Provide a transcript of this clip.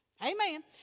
Amen